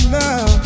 now